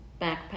backpack